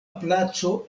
placo